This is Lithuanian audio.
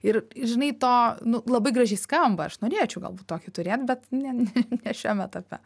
ir žinai to nu labai gražiai skamba aš norėčiau galbūt tokį turėt bet ne ne šiam etape